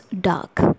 dark